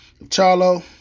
Charlo